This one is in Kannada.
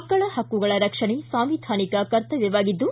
ಮಕ್ಕಳ ಹಕ್ಕುಗಳ ರಕ್ಷಣೆ ಸಾಂವಿಧಾನಿಕ ಕರ್ತವ್ಯವಾಗಿದ್ದು